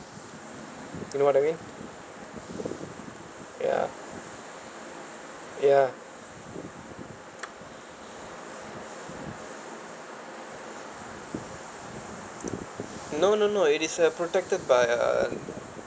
you know what I mean ya ya no no no it is a protected by uh